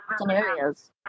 scenarios